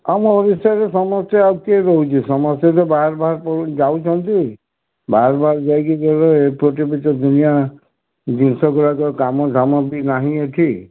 ହଁ ମୋ ବିଷୟରେ ସମସ୍ତେ ଆଉ କିଏ କହୁଛି ସମସ୍ତେ ବାହାର ବାହାର ଯାଉଛନ୍ତି ବାହାର ବାହାର ଯାଇକି ଯେବେ ଏପଟେ ତ ଦୁନିଆ ଜିନିଷ ଗୁଡ଼ାକ କାମ ବି ଦାମ ନାହିଁ ଏଠି